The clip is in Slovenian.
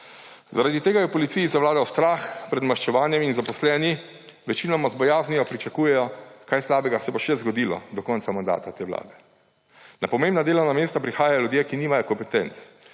Zaradi tega je v policiji zavladal strah pred maščevanjem in zaposleni večinoma z bojaznijo pričakujejo, kaj slabega se bo še zgodilo do konca mandata te vlade. Na pomembna delovna mesta prihajajo ljudje, ki nimajo kompetenc,